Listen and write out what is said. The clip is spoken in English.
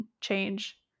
change